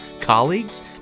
colleagues